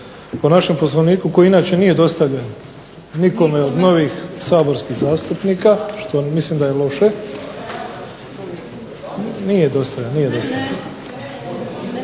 po našem Poslovniku koji inače nije dostavljen nikome od novih saborskih zastupnika, što mislim da je loše. …/Upadica se